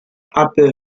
harper